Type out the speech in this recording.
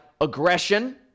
aggression